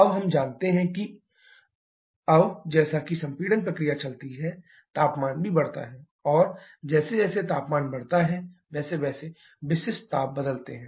अब हम जानते हैं कि T2rk 1 अब जैसा कि सम्पीडन प्रक्रिया चलती है तापमान भी बढ़ता रहता है और जैसे जैसे तापमान बढ़ता है वैसे वैसे विशिष्ट ताप बदलते हैं